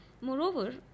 Moreover